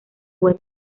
web